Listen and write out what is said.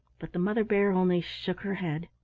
but the mother bear only shook her head.